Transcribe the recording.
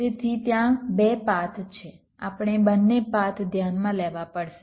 તેથી ત્યાં 2 પાથ છે આપણે બંને પાથ ધ્યાનમાં લેવા પડશે